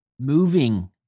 moving